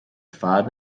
fad